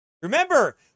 Remember